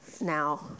now